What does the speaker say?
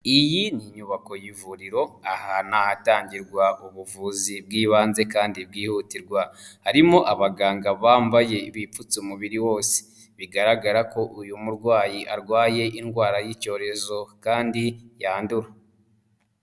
Iyi ni inyubako y'ivuriro, ahantu ni ahatangirwa ubuvuzi bw'ibanze kandi bwihutirwa, harimo abaganga bambaye bipfutse umubiri wose, bigaragara ko uyu murwayi arwaye indwara y'icyorezo kandi yandura.